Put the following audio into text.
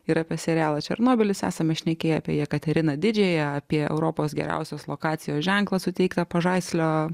ir apie serialą černobylis esame šnekėję apie jekateriną didžiąją apie europos geriausios lokacijos ženklą suteiktą pažaislio